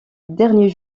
dernier